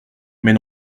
mais